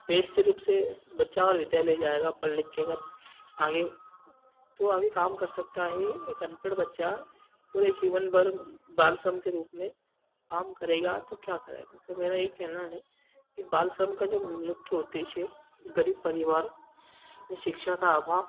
व्यस्त रूप से बच्चा और विद्यालय जाएगा पढ़ लिख कर अगर आगे तो आगे काम कर सकता है एक अनपढ़ बच्चा पूरे जीवनभर बाल श्रम के रुप में काम करेगा तो क्या करेगा तो मेरा यह कहना है कि बाल श्रम का जो मुख्य उद्देश्य है गरीब परिवार में शिक्षा का अभाव